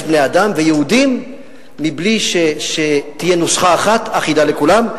בני-אדם ויהודים בלי שתהיה נוסחה אחת אחידה לכולם.